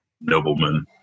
noblemen